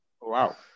Wow